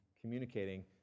communicating